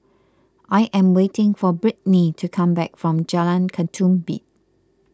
I am waiting for Britny to come back from Jalan Ketumbit